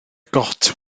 got